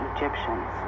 Egyptians